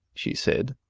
she said,